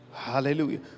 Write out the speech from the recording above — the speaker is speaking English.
Hallelujah